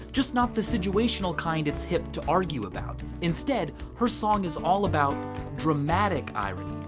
just not the situational kind it's hip to argue about. instead, her song is all about dramatic irony.